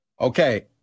Okay